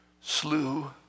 slew